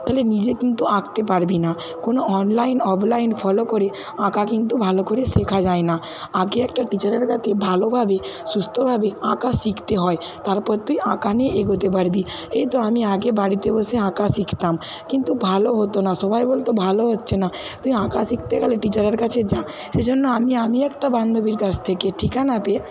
তাহলে নিজে কিন্তু আঁকতে পারবি না কোনো অনলাইন অফলাইন ফলো করে আঁকা কিন্তু ভালো করে শেখা যায় না আগে একটা টিচারের কাছে ভালোভাবে সুস্থভাবে আঁকা শিখতে হয় তারপর তুই আঁকা নিয়ে এগোতে পারবি এই তো আমি আগে বাড়িতে বসে আঁকা শিখতাম কিন্তু ভালো হতো না সবাই বলতো ভালো হচ্ছে না তুই আঁকা শিখতে গেলে টিচারের কাছে যা সেইজন্য আমি আগেই একটা বান্ধবীর কাছ থেকে ঠিকানা পেয়ে